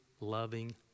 loving